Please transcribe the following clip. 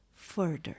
further